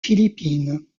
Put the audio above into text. philippines